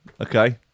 okay